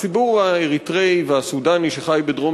הציבור האריתריאי והסודאני שחי בדרום